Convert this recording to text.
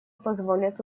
позволят